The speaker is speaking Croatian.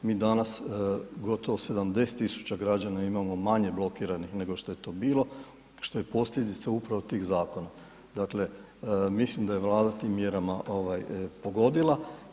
Mi danas gotovo 70.000 građana imamo manje blokiranih nego što je to bilo, što je posljedica upravo tih zakona dakle, mislim da je Vlada tim mjerama pogodila.